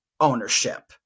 ownership